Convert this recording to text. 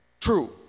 True